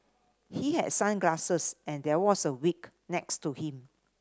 he had sunglasses and there was a wig next to him